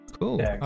cool